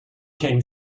came